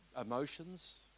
emotions